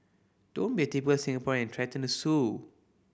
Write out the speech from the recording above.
don't be a typical Singaporean and threaten to sue